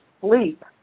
sleep